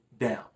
down